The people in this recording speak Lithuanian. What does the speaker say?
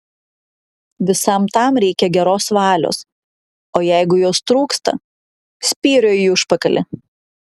visam tam reikia geros valios o jeigu jos trūksta spyrio į užpakalį